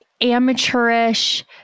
amateurish